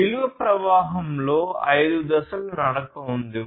విలువ ప్రవాహాలలో ఐదు దశల నడక ఉంది